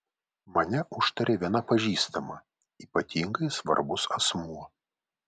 mane užtarė viena pažįstama ypatingai svarbus asmuo